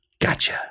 Gotcha